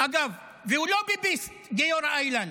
אגב, הוא לא ביביסט, גיורא איילנד.